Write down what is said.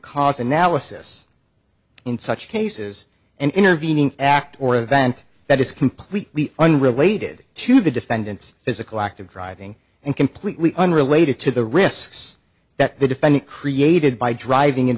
cause analysis in such cases and intervening act or event that is completely unrelated to the defendant's physical act of driving and completely unrelated to the risks that the defendant created by driving in